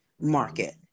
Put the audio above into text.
market